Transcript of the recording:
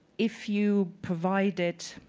if you provided